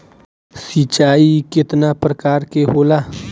सिंचाई केतना प्रकार के होला?